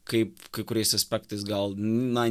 kaip kai kuriais aspektais gal na